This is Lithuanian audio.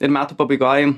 ir metų pabaigoj